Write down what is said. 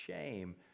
shame